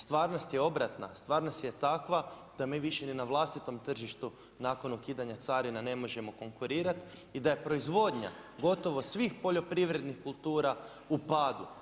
Stvarnost je obratna, stvarnost je takva, da mi više ni na vlastitom tržištu, nakon ukidanja carina ne možemo konkurirati i da je proizvodnja gotovo svih poljoprivrednih kultura u padu.